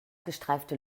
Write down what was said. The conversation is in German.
gestreifte